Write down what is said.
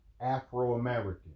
Afro-American